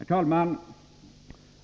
Herr talman!